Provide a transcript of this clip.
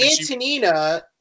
Antonina